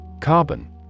Carbon